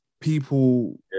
people